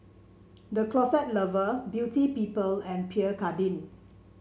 The Closet Lover Beauty People and Pierre Cardin